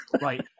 right